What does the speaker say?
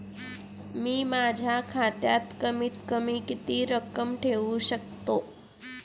मी माझ्या खात्यात कमीत कमी किती रक्कम ठेऊ शकतो?